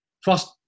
first